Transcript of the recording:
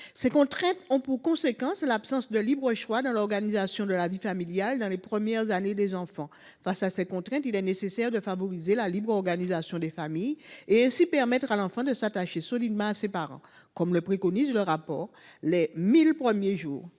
Ces contraintes ont pour conséquence l’absence de libre choix dans l’organisation de la vie familiale dans les premières années des enfants. Il est nécessaire, à rebours, de favoriser la libre organisation des familles afin de permettre à l’enfant de s’attacher solidement à ses parents, comme le préconise le rapport intitulé publié en